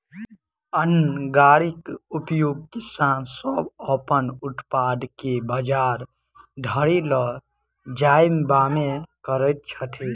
अन्न गाड़ीक उपयोग किसान सभ अपन उत्पाद के बजार धरि ल जायबामे करैत छथि